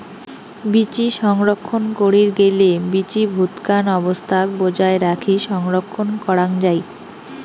বীচি সংরক্ষণ করির গেইলে বীচি ভুতকান অবস্থাক বজায় রাখি সংরক্ষণ করাং যাই